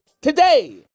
today